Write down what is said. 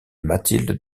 mathilde